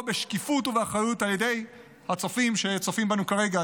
בשקיפות ובאחריות על ידי הצופים שצופים בנו כרגע,